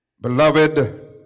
Beloved